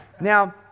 Now